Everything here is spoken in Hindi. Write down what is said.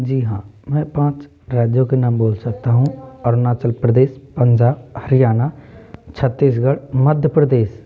जी हाँ मैं पाँच राज्यों के नाम बोल सकता हूँ अरुणाचल प्रदेश पंजाब हरियाणा छत्तीसगढ़ मध्य प्रदेश